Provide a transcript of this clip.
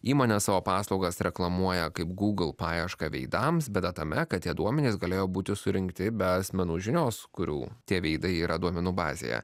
įmonė savo paslaugas reklamuoja kaip google paiešką veidams bėda tame kad tie duomenys galėjo būti surinkti be asmenų žinios kurių tie veidai yra duomenų bazėje